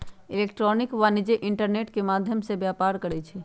electronic वाणिज्य internet के माध्यम से व्यापार करइ छै